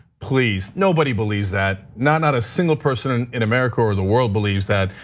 please nobody believes that not, not a single person in america or the world believes that,